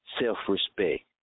self-respect